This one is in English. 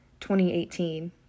2018